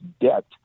debt